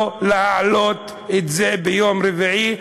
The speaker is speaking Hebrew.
לא להעלות ביום רביעי,